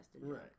Right